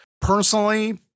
Personally